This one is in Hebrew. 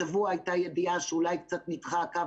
השבוע הייתה ידיעה שאולי קצת נדחה הקו